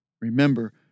Remember